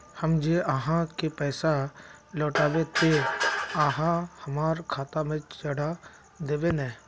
हम जे आहाँ के पैसा लौटैबे ते आहाँ हमरा खाता में चढ़ा देबे नय?